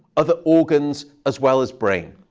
other organs, as well as brain.